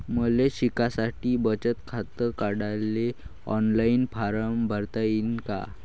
मले शिकासाठी बचत खात काढाले ऑनलाईन फारम भरता येईन का?